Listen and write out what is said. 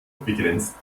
begrenzt